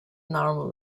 normal